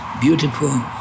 beautiful